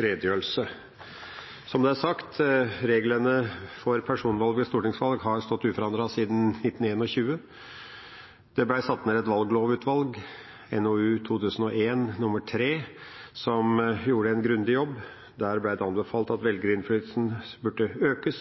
redegjørelse. Som det er sagt, har reglene for personvalg ved stortingsvalg stått uforandret siden 1921. Det ble satt ned et valglovutvalg, som gjorde en grundig jobb og i sin utredning NOU 2001: 03 anbefalte at velgerinnflytelsen burde økes,